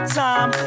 time